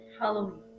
halloween